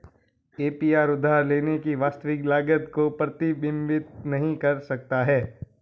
APR उधार लेने की वास्तविक लागत को प्रतिबिंबित नहीं कर सकता है